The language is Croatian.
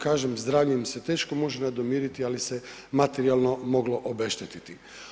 Kažem, zdravlje im se teško može nadomjestiti ali se materijalno moglo obeštetiti.